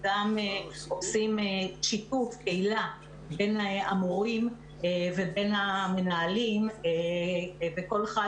גם עושים שיתוף קהילה בין המורים ובין המנהלים וכל אחד